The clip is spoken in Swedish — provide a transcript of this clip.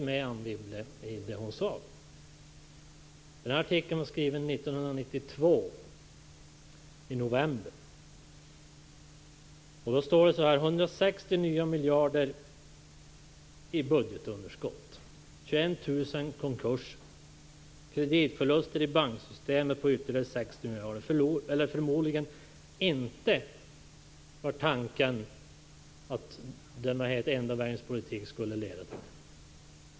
I artikeln, som är skriven i november 1992, står det att det förmodligen inte var tanken att den enda vägens politik skulle leda till 160 nya miljarder i budgetunderskott, 21 000 konkurser, kreditförluster i banksystemet på ytterligare 60 miljarder.